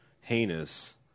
heinous